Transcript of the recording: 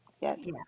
Yes